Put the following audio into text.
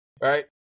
Right